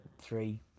three